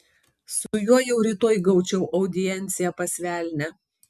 su juo jau rytoj gaučiau audienciją pas velnią